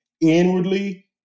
Inwardly